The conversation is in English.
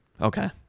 Okay